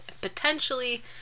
potentially